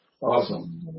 Awesome